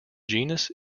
genus